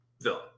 villain